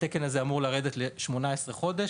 התקן הזה אמור לרדת ל-18 חודש,